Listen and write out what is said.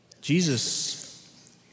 Jesus